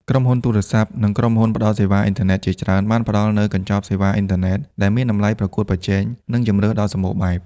ក្រុមហ៊ុនទូរសព្ទ និងក្រុមហ៊ុនផ្តល់សេវាអ៊ីនធឺណិតជាច្រើនបានផ្តល់នូវ កញ្ចប់សេវាអ៊ីនធឺណិតដែលមានតម្លៃប្រកួតប្រជែង និងជម្រើសដ៏សម្បូរបែប។